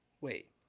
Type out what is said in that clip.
Wait